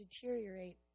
deteriorate